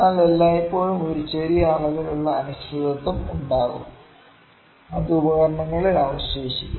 എന്നാൽ എല്ലായ്പ്പോഴും ഒരു ചെറിയ അളവിലുള്ള അനിശ്ചിതത്വം ഉണ്ടാകും അത് ഉപകരണങ്ങളിൽ അവശേഷിക്കും